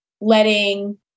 letting